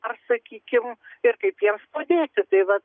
ar sakykim ir kaip jiems padėti tai va